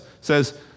says